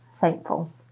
thankful